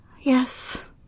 Yes